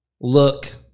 look